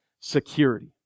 security